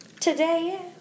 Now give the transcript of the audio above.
today